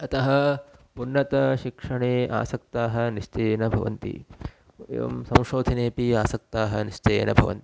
अतः उन्नतशिक्षणे आसक्ताः निश्चयेन भवन्ति एवं संशोधिनेऽपि आसक्ताः निश्चयेन भवन्ति